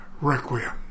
Requiem